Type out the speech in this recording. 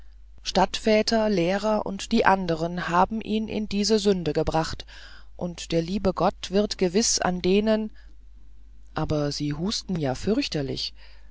stadtväter lehrer und die anderen haben ihn in diese sünde gebracht und der liebe gott wird gewiß an denen aber sie husten ja fürchterlich